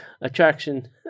attraction